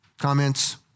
Comments